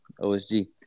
OSG